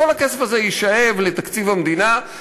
כל הכסף הזה יישאב לתקציב המדינה,